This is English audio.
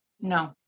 No